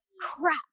crap